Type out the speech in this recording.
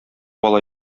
ала